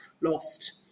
lost